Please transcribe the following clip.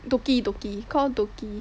Dookki Dookki called Dookki